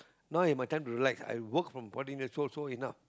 now it's my time to relax I worked from fourteen years old so enough